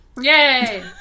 Yay